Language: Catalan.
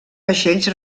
vaixells